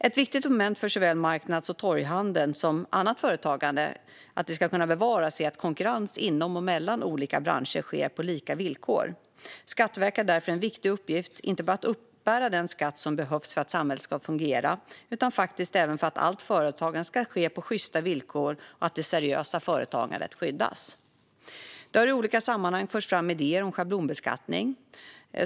Ett viktigt moment för att såväl marknads och torghandel som annat företagande ska kunna bevaras är att konkurrens inom och mellan olika branscher sker på lika villkor. Skatteverket har därför en viktig uppgift, inte bara för att uppbära den skatt som behövs för att samhället ska fungera utan faktiskt även för att allt företagande ska ske på sjysta villkor och det seriösa företagandet skyddas. Det har i olika sammanhang förts fram idéer om schablonbeskattning.